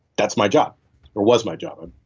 that's my job or was my job. and